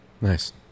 Nice